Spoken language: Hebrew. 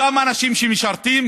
אותם אנשים שמשרתים,